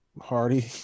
Hardy